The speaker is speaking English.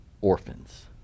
orphans